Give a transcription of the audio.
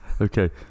Okay